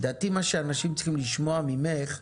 לדעתי מה שאנשים צריכים לשמוע ממך,